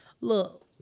Look